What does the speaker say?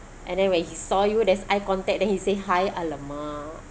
and then when he saw you there's eye contact then he say hi !alamak!